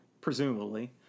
presumably